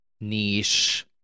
niche